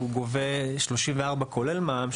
הוא גובה 34,000 כולל מע"מ,